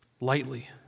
lightly